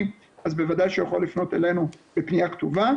בוודאי שיכול לפנות אלינו בפניה כתובה,